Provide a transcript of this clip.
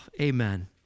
Amen